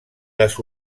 les